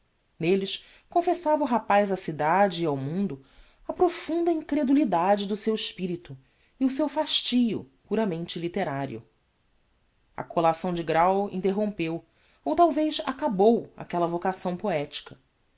nelles confessava o rapaz á cidade e ao mundo a profunda incredulidade do seu espirito e o seu fastio puramente litterario a collação de grão interrompeu ou talvez acabou aquella vocação poetica